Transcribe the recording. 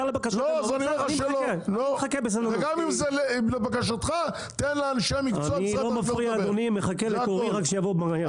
תן לאנשי המקצוע לסיים לדבר.